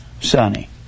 Sunny